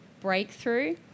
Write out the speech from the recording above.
breakthrough